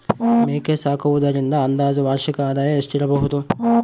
ಮೇಕೆ ಸಾಕುವುದರಿಂದ ಅಂದಾಜು ವಾರ್ಷಿಕ ಆದಾಯ ಎಷ್ಟಿರಬಹುದು?